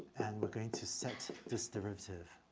and we're going to set this derivative.